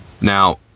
Now